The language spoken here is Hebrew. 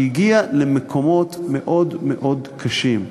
שהגיעו למקומות מאוד מאוד קשים.